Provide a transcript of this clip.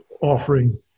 offering